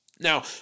Now